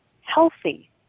healthy